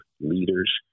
leaders